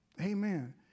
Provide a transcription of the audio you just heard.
Amen